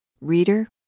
Reader